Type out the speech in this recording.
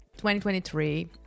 2023